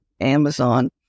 Amazon